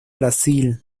brasil